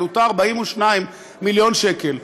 עלותה 42 מיליון שקל,